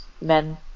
men